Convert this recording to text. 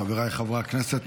חבריי חברי הכנסת,